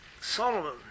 Solomon